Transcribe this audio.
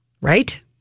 Right